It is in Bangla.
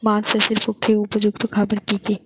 মাছ চাষের পক্ষে উপযুক্ত খাবার কি কি?